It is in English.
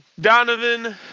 Donovan